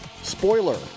Spoiler